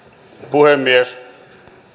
puhemies